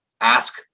ask